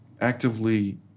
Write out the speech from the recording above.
Actively